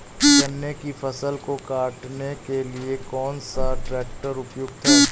गन्ने की फसल को काटने के लिए कौन सा ट्रैक्टर उपयुक्त है?